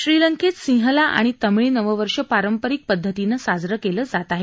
श्रीलंकेत सिंहला आणि तामिळ नववर्ष पारंपरिक पद्धतीनं साजरं केलं जात आहे